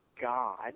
God